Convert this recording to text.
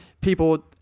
people